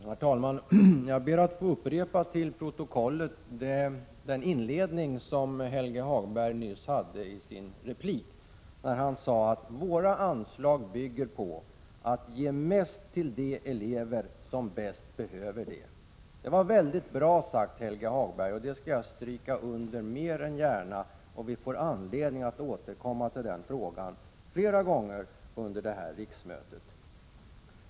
Herr talman! Jag ber att till protokollet få upprepa den inledning som Helge Hagberg hade i sin replik nyss. Han sade att våra anslag bygger på att man skall ge mest till de elever som bäst behöver det. Det var mycket bra sagt, Helge Hagberg, och jag skall mer än gärna understryka det. Vi får även anledning att återkomma till den frågan flera gånger under detta riksmöte.